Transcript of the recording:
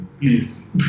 Please